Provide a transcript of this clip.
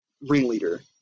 ringleader